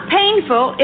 painful